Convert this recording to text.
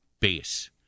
base